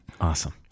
Awesome